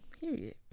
Period